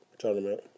Tournament